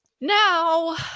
Now